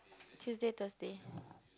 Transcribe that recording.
Tuesday Thursday